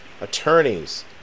attorneys